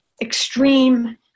extreme